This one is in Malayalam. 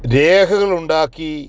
രേഖകളുണ്ടാക്കി